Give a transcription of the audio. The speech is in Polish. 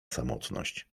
samotność